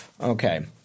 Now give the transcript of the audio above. Okay